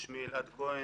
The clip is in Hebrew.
תודה רבה.